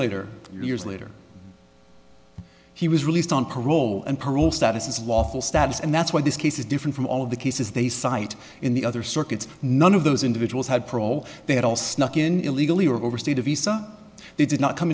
later years later he was released on parole and parole status is lawful status and that's why this case is different from all of the cases they cite in the other circuits none of those individuals had parole they had all snuck in illegally or overstayed a visa they did not come